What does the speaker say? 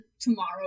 tomorrow